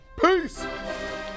Peace